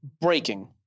Breaking